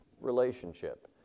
relationship